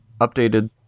updated